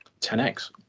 10x